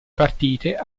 partite